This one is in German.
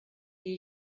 die